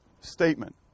statement